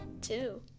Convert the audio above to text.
Two